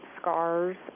scars